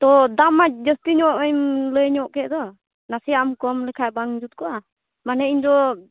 ᱛᱚ ᱫᱟᱢ ᱢᱟ ᱡᱟᱹᱥᱛᱤ ᱧᱚᱜ ᱮᱢ ᱞᱟᱹᱭ ᱧᱚᱜ ᱠᱮᱫ ᱫᱚ ᱱᱟᱥᱮᱭᱟᱜ ᱮᱢ ᱠᱚᱢ ᱞᱮᱠᱷᱟᱱ ᱵᱟᱝ ᱡᱩᱛ ᱠᱚᱜᱼᱟ ᱢᱟᱱᱮ ᱤᱧᱫᱚ